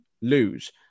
lose